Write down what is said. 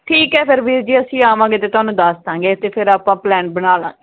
ਠੀਕ ਹੈ ਫਿਰ ਵੀਰ ਜੀ ਅਸੀਂ ਆਵਾਂਗੇ ਤਾਂ ਤੁਹਾਨੂੰ ਦੱਸ ਦਾਂਗੇ ਅਤੇ ਫਿਰ ਆਪਾਂ ਪਲੈਨ ਬਣਾ ਲਾਂਗੇ